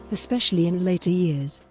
especially in later years,